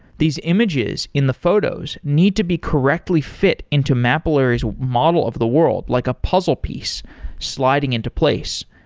these images in the photos need to be correctly fit into mapillary's model of the world, like a puzzle piece sliding into place,